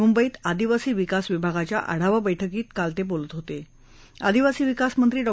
मुंबईत आदिवासी विकास विभागाच्या आढावा बैठकीत काल ते बोलत होत आदिवासी विकास मंत्री डॉ